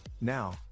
Now